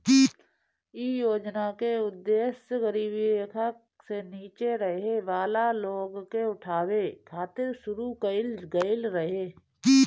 इ योजना के उद्देश गरीबी रेखा से नीचे रहे वाला लोग के उठावे खातिर शुरू कईल गईल रहे